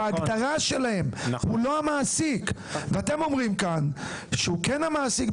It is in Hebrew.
ואתם אומרים שאתם כן המעסיק,